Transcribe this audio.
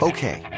Okay